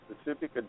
specific